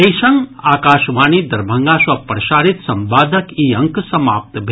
एहि संग आकाशवाणी दरभंगा सँ प्रसारित संवादक ई अंक समाप्त भेल